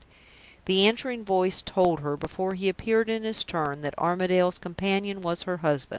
the answering voice told her, before he appeared in his turn, that armadale's companion was her husband.